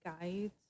Guides